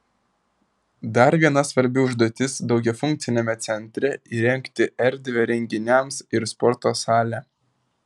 dar viena svarbi užduotis daugiafunkciame centre įrengti erdvę renginiams ir sporto salę